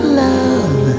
love